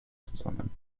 zusammen